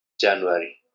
January